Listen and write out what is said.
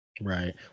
Right